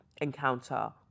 encounter